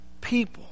people